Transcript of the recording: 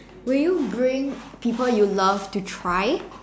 will you bring people you love to try